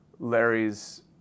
Larry's